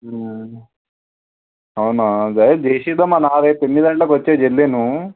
అవునా సరే చేసేద్దాం అన్న రేపు ఎనిమిది గంటలకి వచ్చి జల్దీ నువ్వు